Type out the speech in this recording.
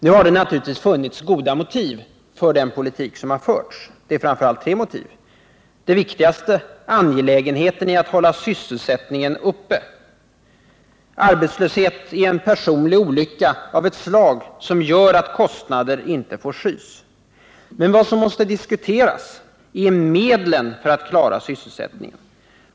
Nu har det naturligtvis funnits goda motiv för den politik som har förts. Det är framför allt tre motiv: Det viktigaste motivet är att det är angeläget att hålla sysselsättningen uppe. Arbetslöshet är en personlig olycka av ett slag som gör att några kostnader inte får skys. Men vad som måste diskuteras är medlen för att klara sysselsättningen.